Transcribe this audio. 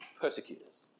persecutors